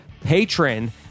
patron